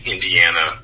Indiana